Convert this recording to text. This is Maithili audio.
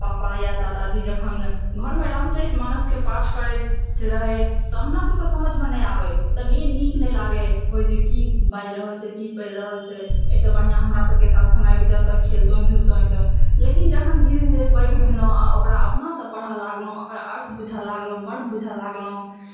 पापा यऽ दादाजी जखन घरमे रामचरित मानस के पाठ करैत रहथि तऽ हमरासबकेँ समझमे नहि आबै तऽ नी नीक नहि लागै होइ जे की बाजि रहलछै की पढ़ि रहलछै एहिसँ बढिआँ हमरा सभके साथ समय बितबितथि खेलतहुँ लेकिन जखन धीरे धीरे पैघ भेलहुँ आ ओकरा अपनासँ पढ़ऽलागलहुँ तऽ ओकरा अर्थ बुझऽ लागलहुँ मर्म बुझऽ लागलहुँ